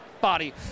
body